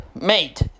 mate